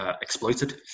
exploited